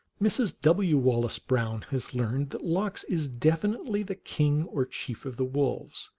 mrs. w. wallace brown has learned that lox is definitely the king or chief of the wolves,